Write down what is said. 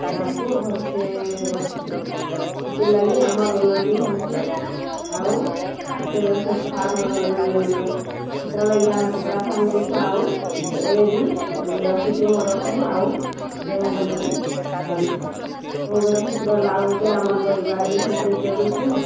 ତାହାକୁ ଭଲରେ ରଖିଛୁ ସେଥିଲାଗି ଆମର ଉନ୍ନତି ହେଉଛି ଆଉ ସେତେବେଳେ ସେ ଫାର୍ମ ସେଥିଲାଗି ଆମେ କୁକୁଡ଼ା ଫାର୍ମ ଦେଇଛୁ ଆଉ ଏବେବି ରଖିଛୁ ଆଉ ଦେବୁ ବୋଲିକିରି ଭାବିଛୁ ସବୁବେଳେ ସେଥିରେ ଲାଭ ହେଉଛି ଆମର ପରିବାର ବି ସେଥିରେ ଚଳୁଛୁ